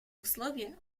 условия